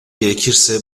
gerekirse